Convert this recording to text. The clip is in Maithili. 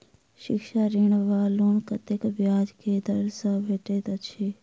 शिक्षा ऋण वा लोन कतेक ब्याज केँ दर सँ भेटैत अछि?